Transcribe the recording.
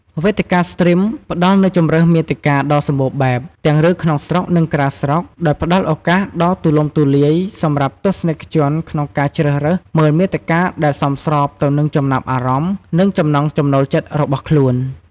វេទិកាស្ទ្រីមផ្ដល់នូវជម្រើសមាតិកាដ៏សម្បូរបែប ទាំងរឿងក្នុងស្រុក និងក្រៅស្រុក ដោយផ្តល់ឱកាសដ៏ទូលំទូលាយសម្រាប់ទស្សនិកជនក្នុងការជ្រើសរើសមើលមាតិកាដែលសមស្របទៅនឹងចំណាប់អារម្មណ៍ និងចំណង់ចំណូលចិត្តរបស់ខ្លួន។